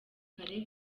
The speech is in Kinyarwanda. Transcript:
kare